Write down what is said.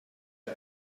que